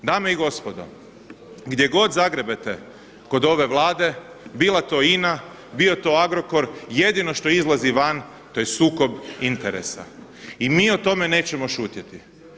Dame i gospodo, gdje god zagrebete kod ove Vlade bila to INA, bio to Agrokor jedino što izlazi van to je sukob interesa i mi o tome nećemo šutjeti.